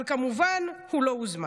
אבל כמובן, הוא לא הוזמן.